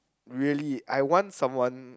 really I want someone